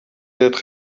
être